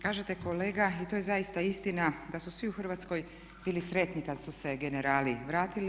Kažete kolega i to je zaista istina da su svi u Hrvatskoj bili sretni kad su se generali vratili.